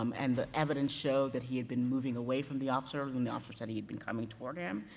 um and the evidence showed that he had been moving away from the officer, and the officer said, he had been coming toward him.